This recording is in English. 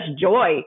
joy